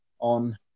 on